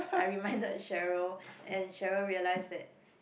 I reminded Cheryl and Cheryl realised that